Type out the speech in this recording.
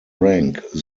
rank